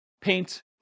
paint